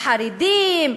החרדים,